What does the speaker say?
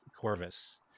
corvus